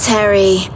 Terry